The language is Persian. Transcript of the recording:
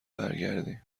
برگردیم